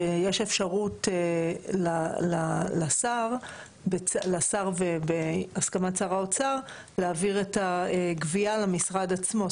שיש אפשרות לשר והסכמת שר האוצר להעביר את הגבייה למשרד עצמו.